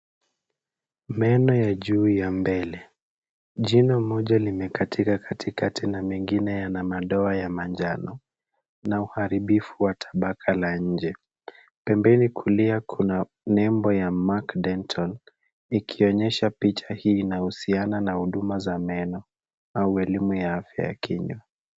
Meno ya juu ya mbele. Jino moja limekatika katikati na mengine ya na madoa ya manjano, na uharibifu wa tabaka la nje. Pembeni kulia kuna nembo ya mark dental ikionyesha picha hii inahusiana na huduma za meno au elimu ya afya ya kinywa.